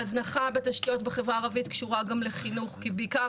ההזנחה בתשתיות בחברה הערבית קשורה גם לחינוך כי בעיקר